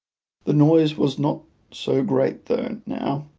the noise was not so great though, now,